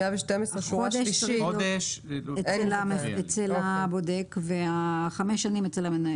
חודש אצל הבודק וחמש השנים אצל המנהל.